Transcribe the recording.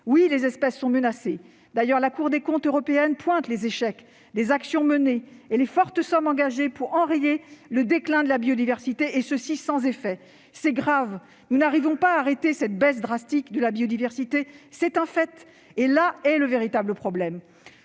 Oui, les espèces sont menacées. D'ailleurs, la Cour des comptes européenne relève les échecs des actions menées et les fortes sommes engagées pour enrayer le déclin de la biodiversité, sans effet. C'est grave : nous n'arrivons pas à arrêter ce terrible déclin, c'est un fait, et c'est là le véritable problème